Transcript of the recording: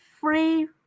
free